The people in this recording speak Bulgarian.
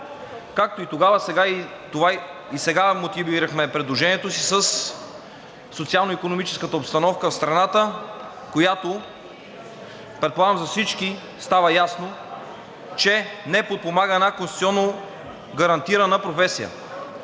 Както тогава, така и сега мотивирахме предложението си със социално-икономическата обстановка в страната, която предполагам за всички става ясно, че не подпомага една конституционно гарантирана професия.